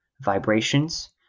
Vibrations